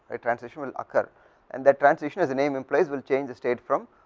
it transition will occur and that transition is name implies will changes state from,